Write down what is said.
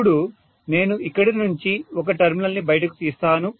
ఇప్పుడు నేను ఇక్కడి నుంచి ఒక టెర్మినల్ని బయటకు తీస్తాను